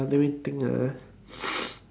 let me think ah